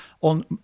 on